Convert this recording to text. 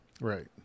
Right